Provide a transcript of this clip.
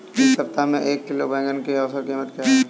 इस सप्ताह में एक किलोग्राम बैंगन की औसत क़ीमत क्या है?